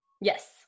Yes